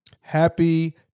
Happy